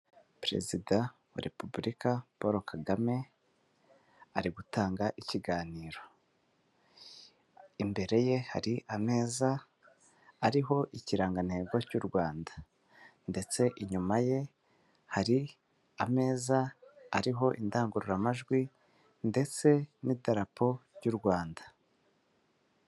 Perezida wa repubulika Paul Kagame, ari gutanga ikiganiro. Imbere hari ameza ariho ikirangantego cy'u Rwanda, ndetse inyuma ye hari ameza ariho indangururamajwi, ndetse n'idarapo ry'u Rwanda.